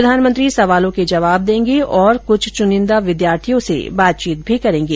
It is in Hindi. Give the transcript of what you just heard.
प्रधानमंत्री सवालों के जवाब देंगे और कृछ चुनिंदा विद्यार्थियों से बातचीत भी करेंगे